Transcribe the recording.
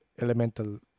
elemental